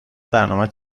برنامهت